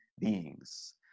beings